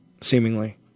Seemingly